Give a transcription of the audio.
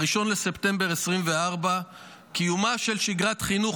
1 בספטמבר 2024. קיומה של שגרת חינוך